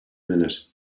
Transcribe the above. minute